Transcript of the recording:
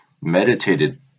meditated